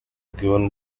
given